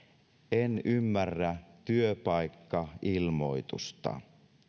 en ymmärrä työpaikkailmoitusta